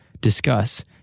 discuss